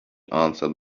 answered